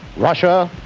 russia,